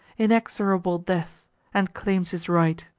inexorable death and claims his right.